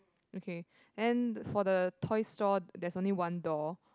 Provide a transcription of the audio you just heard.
okay and for the toy store there's only one door